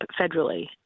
federally